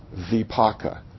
vipaka